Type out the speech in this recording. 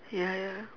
ya ya